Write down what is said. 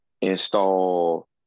install